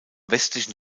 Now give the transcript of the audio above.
westlichen